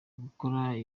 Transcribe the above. gukora